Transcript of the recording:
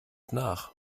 nach